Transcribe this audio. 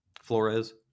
flores